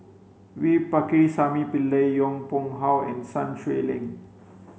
V Pakirisamy Pillai Yong Pung How and Sun Xueling